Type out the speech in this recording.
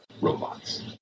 Robots